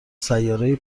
سیارهای